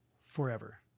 forever